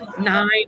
Nine